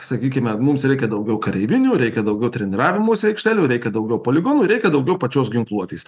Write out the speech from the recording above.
sakykime mums reikia daugiau kareivinių reikia daugiau treniravimosi aikštelių reikia daugiau poligonų reikia daugiau pačios ginkluotės